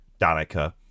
Danica